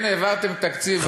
כן העברתם תקציב, אז מה?